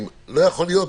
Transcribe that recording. אבל זה לא יכול להיות,